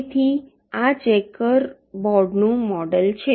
તેથી આ ચેકર બોર્ડનું મોડેલ છે